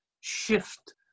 shift